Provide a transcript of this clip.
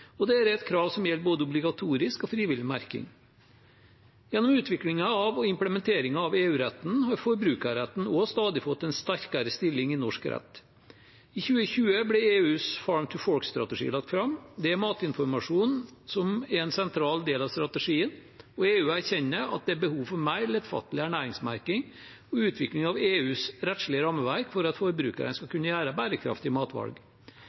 og dette er et krav som gjelder både obligatorisk og frivillig merking. Gjennom utviklingen av og implementeringen av EU-retten har også forbrukerretten fått en stadig sterkere stilling i norsk rett. I 2020 ble EUs Farm to Fork-strategi lagt fram, der matinformasjon er en sentral del av strategien, og EU erkjenner at det er behov for mer lettfattelig ernæringsmerking og utvikling av EUs rettslige rammeverk for at forbrukerne skal kunne gjøre bærekraftige matvalg.